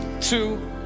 two